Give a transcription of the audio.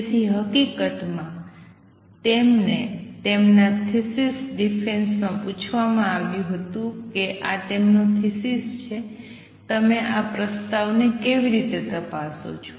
તેથી હકીકતમાં તેમને તેમના થિસિસ ડિફેન્સ માં પૂછવામાં આવ્યું હતું કે આ તેમનો થિસિસ છે તમે આ પ્રસ્તાવને કેવી રીતે તપાસો છો